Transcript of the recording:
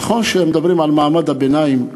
נכון שמדברים על מעמד הביניים,